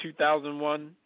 2001